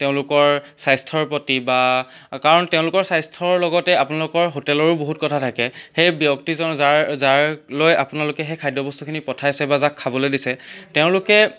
তেওঁলোকৰ স্বাস্থ্যৰ প্ৰতি বা কাৰণ তেওঁলোকৰ স্বাস্থ্যৰ লগতে আপোনলোকৰ হোটেলৰো বহুত কথা থাকে সেই ব্যক্তিজন যাৰ যালৈ আপোনালোকে সেই খাদ্যবস্তুখিনি পঠাইছে বা যাক খাবলৈ দিছে তেওঁলোকে